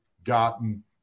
gotten